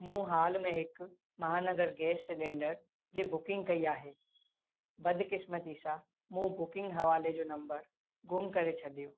मूं हाल में हिकु महानगर गैस सिलेंडर जी बुकिंग कई आहे बदकिस्मती सां मूं बुकिंग हवाले जो नम्बर गुम करे छॾियो